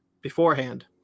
beforehand